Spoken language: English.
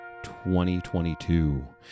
2022